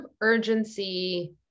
urgency